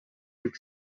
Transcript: pic